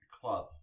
club